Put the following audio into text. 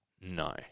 No